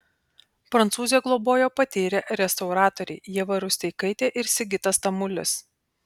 prancūzę globojo patyrę restauratoriai ieva rusteikaitė ir sigitas tamulis